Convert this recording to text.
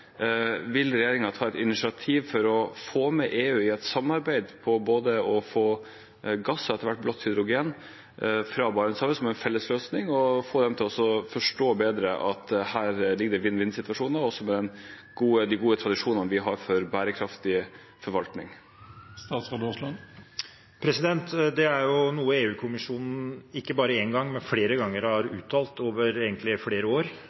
vil regjeringen ta et initiativ for å få med EU i et samarbeid om både å få gass og etter hvert blått hydrogen fra Barentshavet som en felles løsning, og få dem til å forstå bedre at her ligger det vinn-vinn-situasjoner, også med de gode tradisjonene vi har for bærekraftig forvaltning? Det er noe EU-kommisjonen ikke bare én gang, men flere ganger har uttalt, egentlig over flere år.